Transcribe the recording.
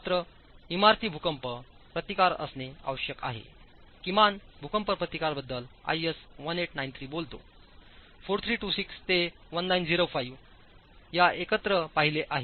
मात्रइमारती भूकंप प्रतिकार असणे आवश्यक आहे किमान भूकंप प्रतिकार बद्दल IS 1893 बोलतो 4326ते 1905 या एकत्र पाहिले आहे